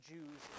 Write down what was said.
Jews